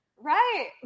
Right